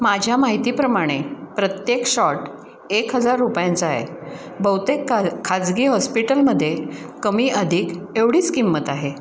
माझ्या माहितीप्रमाणे प्रत्येक शॉट एक हजार रुपयांचा आहे बहुतेक खाजगी हॉस्पिटलमध्ये कमी अधिक एवढीच किंमत आहे